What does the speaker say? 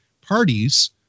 parties